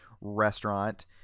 restaurant